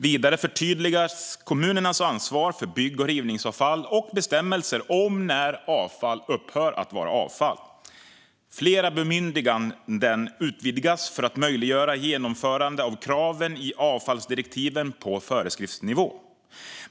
Vidare förtydligas kommunernas ansvar för bygg och rivningsavfall och bestämmelser om när avfall upphör att vara avfall. Flera bemyndiganden utvidgas för att möjliggöra genomförande av kraven i avfallsdirektiven på föreskriftsnivå.